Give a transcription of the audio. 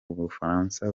bufaransa